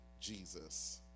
Jesus